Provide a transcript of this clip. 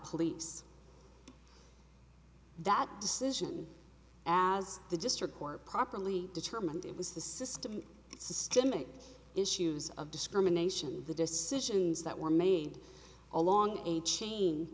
police that decision as the district court properly determined it was the system systemic issues of discrimination the decisions that were made along a chain